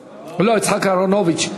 לא, יצחק אהרונוביץ.